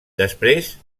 després